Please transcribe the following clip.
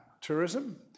tourism